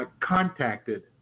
contacted